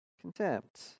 contempt